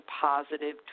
positive